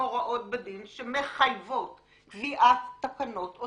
הוראות בדין שמחייבות קביעת תקנות או